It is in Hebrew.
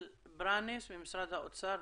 גל ברנס ממשרד האוצר.